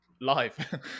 live